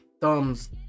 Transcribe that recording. Thumbs